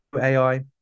ai